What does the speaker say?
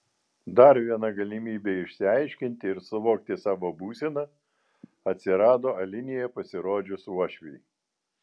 dar viena galimybė išsiaiškinti ir suvokti savo būseną atsirado alinėje pasirodžius uošviui